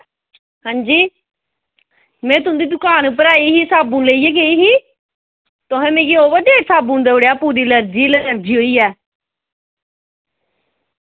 हां जी मैं तुं'दी दुकान उप्पर आई ही साबुन लेइयै गेई ही तुसैं मिगी ओवर डेट साबुन देऊड़ेआ पूरी लर्जी लर्जी होई ऐ